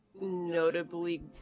notably